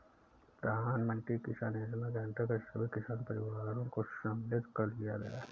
प्रधानमंत्री किसान योजना के अंतर्गत सभी किसान परिवारों को सम्मिलित कर लिया गया है